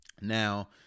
now